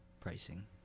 pricing